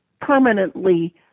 permanently